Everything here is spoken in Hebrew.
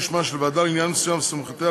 שמה של ועדה לעניין מסוים וסמכויותיה,